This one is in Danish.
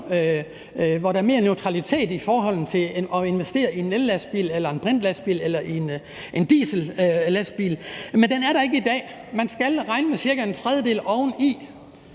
der bliver mere prislighed, om man investerer i en ellastbil, i en brintlastbil eller i en diesellastbil. Men det er der ikke i dag. Man skal regne med cirka en tredjedel oveni,